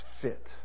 fit